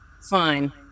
Fine